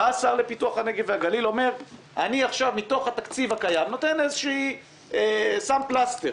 בא השר לפיתוח הנגב והגליל ואמר: אני עכשיו מתוך התקציב הקיים שם פלסטר,